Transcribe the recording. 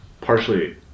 partially